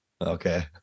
okay